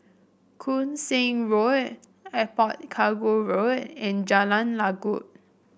Koon Seng Road Airport Cargo Road and Jalan Lanjut